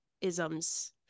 isms